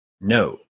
No